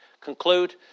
conclude